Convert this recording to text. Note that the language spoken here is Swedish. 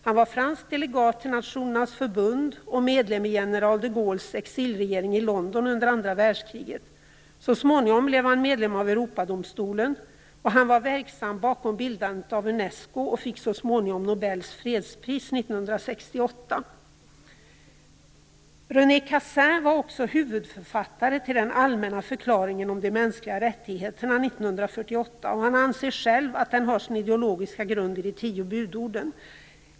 Han var fransk delegat till Nationernas förbund och medlem i general de Gaulles exilregering i London under andra världskriget. Så småningom blev han medlem av Europadomstolen. Han var verksam bakom bildandet av Unesco och fick så småningom Nobels fredspris René Cassin var huvudförfattare till den allmänna förklaringen om de mänskliga rättigheterna 1948, och han anser själv att den har sin ideologiska grund i de tio budorden.